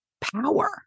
power